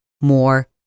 more